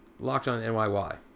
LockedOnNYY